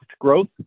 growth